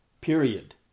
period